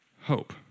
hope